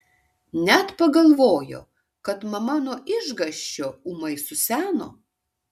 net pagalvojo kad mama nuo išgąsčio ūmai suseno